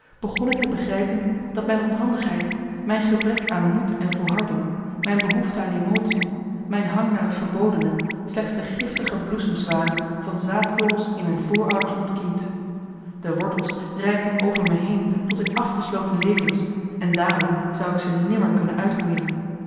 begon ik te bemarcellus emants een nagelaten bekentenis grijpen dat mijn onhandigheid mijn begrek aan moed en volharding mijn behoefte aan emotie mijn hang naar het verbodene slechts de giftige bloesems waren van zaadkorrels in mijn voorouders ontkiemd de wortels reikten over me heen tot in afgesloten levens en daarom zou ik ze nimmer kunnen uitroeien